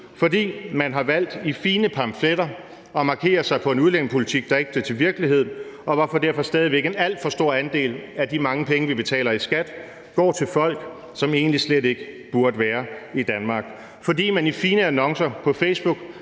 fordi man har valgt, i fine pamfletter, at markere sig på en udlændingepolitik, der ikke blev til virkelighed, og at en alt for stor andel af de mange penge, vi betaler i skat, derfor stadig væk går til folk, som egentlig slet ikke burde være i Danmark, og fordi man i fine annoncer på Facebook